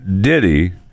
Diddy